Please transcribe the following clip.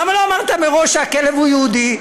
למה לא אמרת מראש שהכלב הוא יהודי?